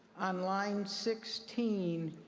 online sixteen,